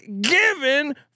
given